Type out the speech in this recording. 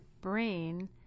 brain